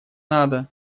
надо